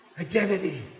Identity